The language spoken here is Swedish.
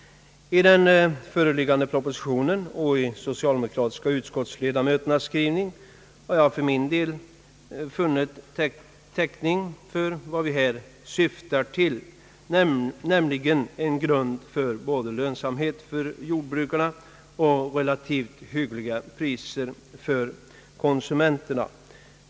I den föreliggande propositionen och i de socialdemokratiska utskottsledamöternas skrivning har jag för min del funnit täckning för vad vi här syftar till, nämligen en grund både för lönsamhet åt jordbrukarna och relativt hyggliga priser för konsumenterna.